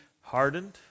hardened